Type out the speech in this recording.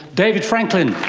david franklin.